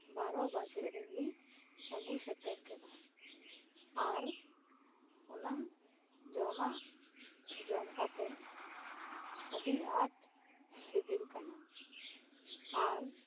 ᱵᱟᱨᱚ ᱵᱟᱡᱟᱜ ᱨᱮᱜᱤᱟᱹᱜᱩ ᱥᱮᱴᱮᱨ ᱠᱮᱫᱟ ᱟᱨ ᱚᱱᱟ ᱡᱚᱢᱟᱜ ᱡᱚᱢ ᱠᱟᱛᱮᱜ ᱟᱹᱰᱤ ᱟᱴ ᱥᱤᱵᱤᱞ ᱠᱟᱱᱟ ᱟᱨ